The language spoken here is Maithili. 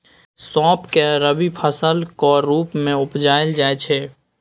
सौंफ केँ रबी फसलक रुप मे उपजाएल जाइ छै